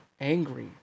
angry